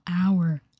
hour